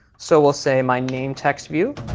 so we'll say my name text view,